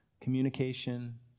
communication